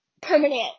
permanent